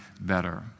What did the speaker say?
better